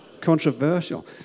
Controversial